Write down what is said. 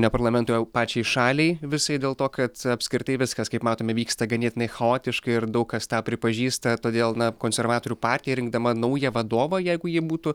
ne parlamentui o pačiai šaliai visai dėl to kad apskritai viskas kaip matome vyksta ganėtinai chaotiškai ir daug kas tą pripažįsta todėl na konservatorių partija rinkdama naują vadovą jeigu ji būtų